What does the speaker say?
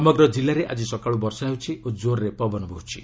ସମଗ୍ର ଜିଲ୍ଲାରେ ଆଜି ସକାଳୁ ବର୍ଷା ହେଉଛି ଓ କୋର୍ରେ ପବନ ବହୁଛି